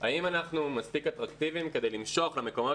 האם אנחנו מספיק אטרקטיביים כדי למשוך למקומות